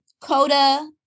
Coda